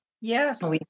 Yes